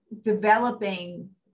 developing